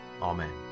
Amen